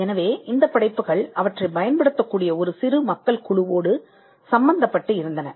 எனவே இந்த படைப்புகள் அவற்றைப் பயன்படுத்தக்கூடிய ஒரு சிறு மக்கள் குழுவோடு சம்பந்தப்பட்டு இருந்தன